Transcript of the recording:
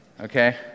Okay